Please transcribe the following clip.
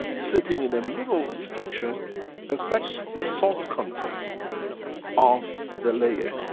sitting in the middle section affects the salt content of the layer,